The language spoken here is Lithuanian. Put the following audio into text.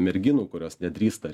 merginų kurios nedrįsta